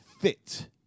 fit